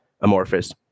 Amorphous